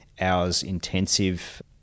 hours-intensive